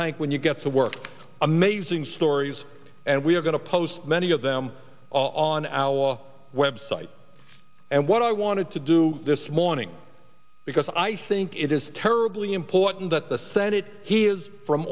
tank when you get to work amazing stories and we're going to post many of them on our web site and what i wanted to do this morning because i think it is terribly important that the senate he is from